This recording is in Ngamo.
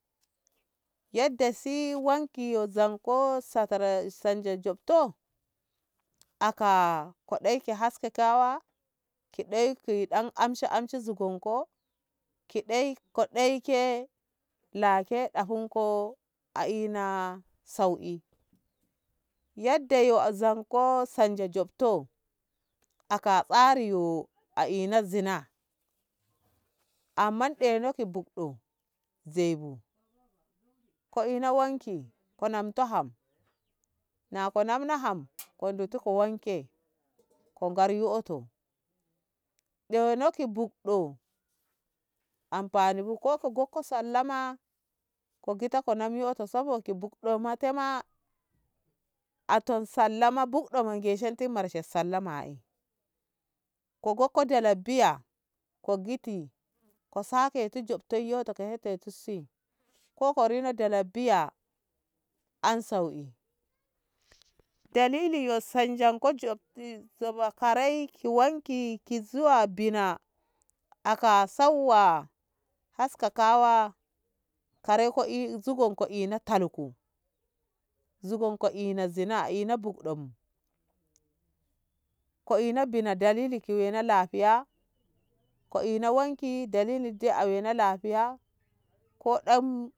Yadda si wanki yo zanko sakara sanja jobto aka koɗaiki haska kawa ki dai ki ɗan amshi amshi zugonko ki daiko dai lake ɗafunko a ina sauki yadda yo yau ko sanja jobto aka tsari yo a ina zina amman ɗeno ki bukɗo zei bu kina ina ham na ko nan no ham ki ndutu ki wanki ko gar yoto ɗeno ki buddo anfani bu ko gokko sallama ko gita konam yoto sauwaki buɗɗo matema aton sallama buɗɗo ma geshenti sallama'e ko gokko dala biya ko giti ko sake ti jobto yoto ki hete tu si koko ndina dala biya sauki dalili yo sanjanko jobti jiba karai ki wanke zuwa bina a ka sauwa kaska kawa kare ko'e nzugonko ina zini ina bukɗon bu, ki ina bina ki dalili ki wane lahiya, ko ina waki dalili a wane lahiya ko dan.